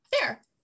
fair